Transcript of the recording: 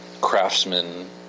craftsman